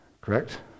correct